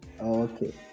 Okay